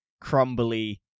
crumbly